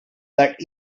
that